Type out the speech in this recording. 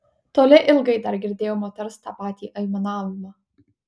toli ilgai dar girdėjau moters tą patį aimanavimą